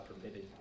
permitted